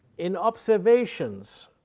in observations,